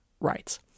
rights